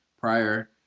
prior